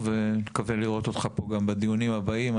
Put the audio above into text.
ומקווה לראות אותך פה גם בדיונים הבאים.